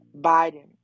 Biden